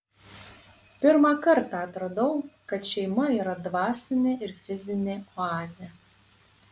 pirmą kartą atradau kad šeima yra dvasinė ir fizinė oazė